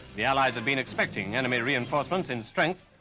the allies had been expecting enemy reinforcements in strength,